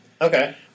Okay